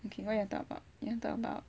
what you wanna talk about you want talk about